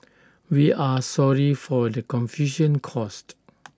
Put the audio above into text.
we are sorry for the confusion caused